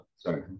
sorry